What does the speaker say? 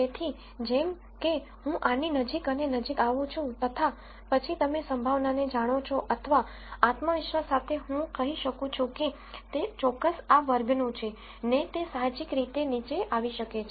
તેથી જેમ કે હું આની નજીક અને નજીક આવું છું તથા પછી તમે સંભાવનાને જાણો છો અથવા આત્મવિશ્વાસ સાથે હું કહી શકું છું કે તે ચોક્કસ આ વર્ગનું છે ને તે સાહજિક રીતે નીચે આવી શકે છે